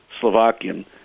Slovakian